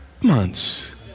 months